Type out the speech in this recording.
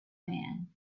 man